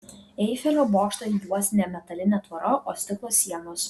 eifelio bokštą juos ne metalinė tvora o stiklo sienos